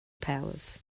powers